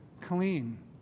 clean